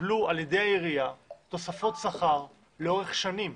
קיבלו על-ידי העירייה תוספות שכר לאורך שנים,